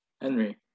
Henry